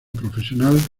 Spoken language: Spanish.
profesional